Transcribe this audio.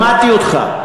שמעתי אותך.